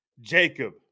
Jacob